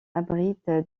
abrite